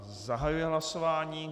Zahajuji hlasování.